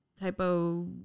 typo